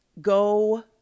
go